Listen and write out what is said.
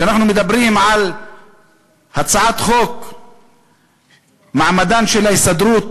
כשאנחנו מדברים על הצעת חוק מעמדן של ההסתדרות